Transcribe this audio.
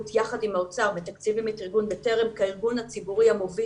יחד עם האוצר מתקצבים את ארגון "בטרם" כארגון הציבורי המוביל